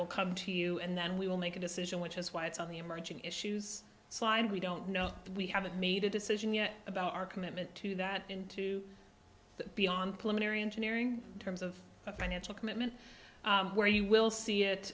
will come to you and then we will make a decision which is why it's on the emerging issues and we don't know we haven't made a decision yet about our commitment to that into the beyond plenary and to nearing terms of the financial commitment where you will